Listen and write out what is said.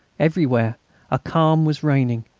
everywhere a calm was reigning,